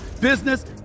business